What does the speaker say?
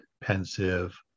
pensive